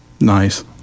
nice